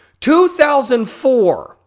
2004